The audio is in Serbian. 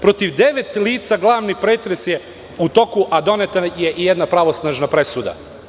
Protiv devet lica glavni pretres je u toku, a doneta je i jedna pravosnažna presuda.